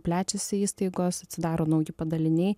plečiasi įstaigos atsidaro nauji padaliniai